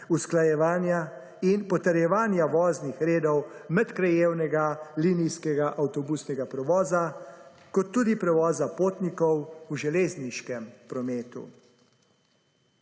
usklajevanja in potrjevanja voznih redov medkrajevnega linijskega avtobusnega prevoza, kot tudi prevoza potnikov v železniškem prometu.